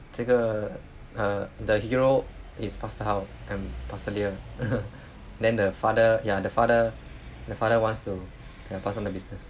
这个 uh the hero is pastor hao and pastor lia then the father ya the father the father wants to pass down the business